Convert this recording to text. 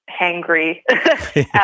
hangry